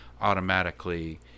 automatically